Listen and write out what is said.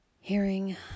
Hearing